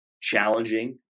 challenging